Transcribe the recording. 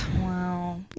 Wow